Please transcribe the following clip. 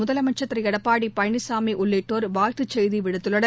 முதலமைச்சர் திரு எடப்பாடி பழனிசாமி உள்ளிட்டோர் வாழ்த்துச் செய்தி விடுத்துள்ளனர்